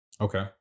okay